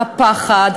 הפחד,